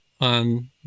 on